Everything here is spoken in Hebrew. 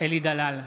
אלי דלל,